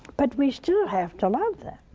but we still have to love them.